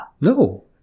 No